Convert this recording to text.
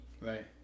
Right